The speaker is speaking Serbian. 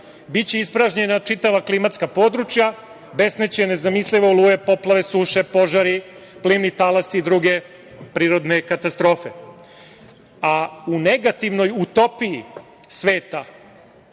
biće ispražnjena čitava klimatska područja, besneće nezamislive oluje, poplave, suše, požari, plimni talasi i druge prirodne katastrofe, a u negativnoj utopiji sveta,